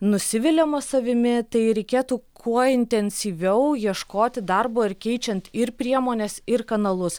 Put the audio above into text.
nusiviliama savimi tai reikėtų kuo intensyviau ieškoti darbo ir keičiant ir priemones ir kanalus